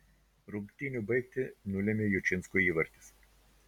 rungtynių baigtį nulėmė jučinsko įvartis